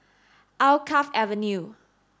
Alkaff Avenue